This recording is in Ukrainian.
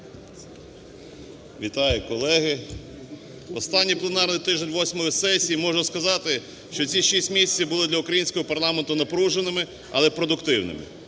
Вітаю, колеги. Останній пленарний тиждень восьмої сесії. Можна сказати, що ці 6 місяців були для українського парламенту напруженими, але продуктивними.